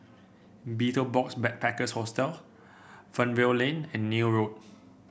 Betel Box Backpackers Hostel Fernvale Lane and Neil Road